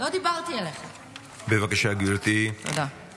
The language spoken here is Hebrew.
כאילו אתה מעדכן אותי, עוזר לי.